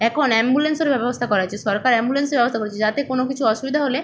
এখন অ্যাম্বুলেন্সের ব্যব ব্যবস্থা করা হয়েছে সরকার অ্যাম্বুলেন্সের ব্যবস্থা করেছে যাতে কোনো কিছু অসুবিধা হলে